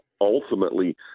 ultimately